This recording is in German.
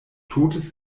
totes